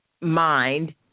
mind